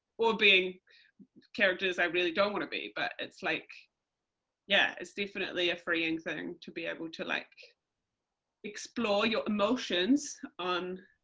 or being characters i really don't want to be, but it's like yeah, it's definitely a freeing thing to be able to like explore your emotions on,